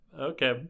Okay